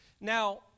Now